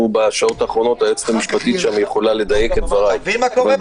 מכוח הסמכות שיש לה לפי חוק הסמכויות,